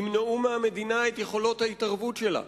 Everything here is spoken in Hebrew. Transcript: ימנעו מהמדינה את יכולת ההתערבות שלה,